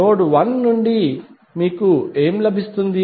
node 1 నుండి మీకు ఏమి లభిస్తుంది